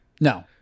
No